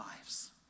lives